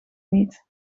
niet